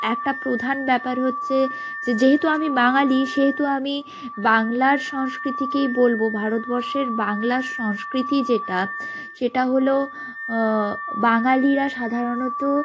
একটা প্রধান ব্যাপার হচ্ছে যে যেহেতু আমি বাঙালি সেহেতু আমি বাংলার সংস্কৃতিকেই বলব ভারতবর্ষের বাংলার সংস্কৃতি যেটা সেটা হলো বাঙালিরা সাধারণত